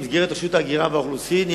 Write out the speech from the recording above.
במסגרת רשות האוכלוסין וההגירה,